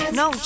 no